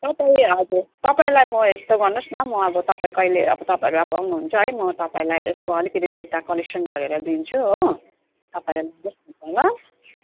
तपाईँले हजुर तपाईँलाई म यस्तो गर्नुहोस् न म अब तपाईँ कहिले अब तपाईँहरू आउनुहुन्छ है म तपाईँलाई यसको अलिकति डेटा कलेक्सन गरेर दिन्छु हो तपाईँले ल